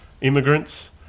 immigrants